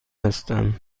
هستند